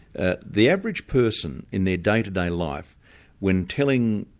ah the average person in their day-to-day life when telling